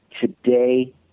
today